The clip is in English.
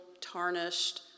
tarnished